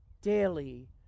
Daily